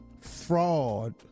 fraud